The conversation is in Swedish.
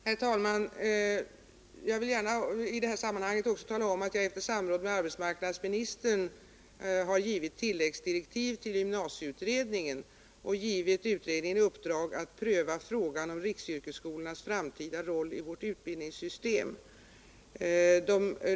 Herr talman! Jag vill gärna i det här sammanhanget tala om att jag efter samråd med arbetsmarknadsministern har gett tilläggsdirektiv till gymnasieutredningen och därvid gett utredningen i uppdrag att pröva frågan om riksyrkesskolornas framtida roll i vårt utbildningssystem.